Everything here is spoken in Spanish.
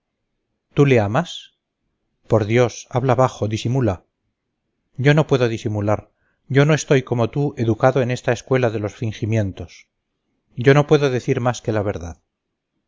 tú le amas por dios habla bajo disimula yo no puedo disimular yo no estoy como tú educado en esta escuela de los fingimientos yo no puedo decir más que la verdad